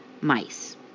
mice